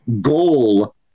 goal